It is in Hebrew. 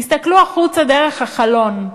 תסתכלו החוצה דרך החלון.